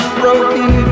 broken